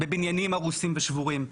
בבניינים הרוסים ושבורים,